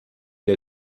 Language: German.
der